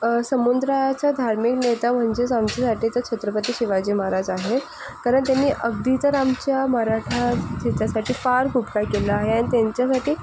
समुद्राचा धार्मिक नेता म्हणजेच आमच्यासाठी तर छत्रपती शिवाजी महाराज आहेत कारण त्यांनी अगदी जर आमच्या मराठा त्याच्यासाठी फार खूप काही केलं आहे आणि त्यांच्यासाठी